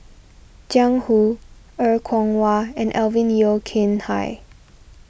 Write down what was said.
Jiang Hu Er Kwong Wah and Alvin Yeo Khirn Hai